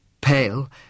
Pale